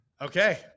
okay